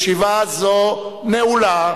ועלי לומר שגם תם מושב הכנסת,